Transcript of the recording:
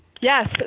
Yes